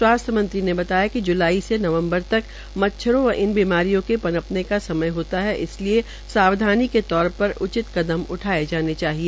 स्वास्थ्य मंत्री ने बताया कि जूलाई से नवम्बर तक मच्छरों व इन बीमारियों के पनपने का समय होता है इसलिए सावधानी के तौर पर उचित उठाने चाहिए